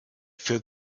für